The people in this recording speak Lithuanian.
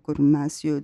kur mes jau